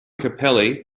capelli